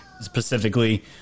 specifically